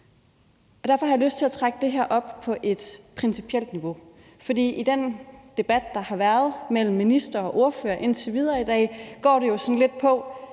Derfor har jeg lyst til at trække det her op på et principielt niveau. For i den debat, der har været mellem ministeren og ordførerne indtil videre i dag, har det jo gået sådan lidt på,